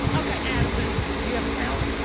okay, addison. do you have a talent?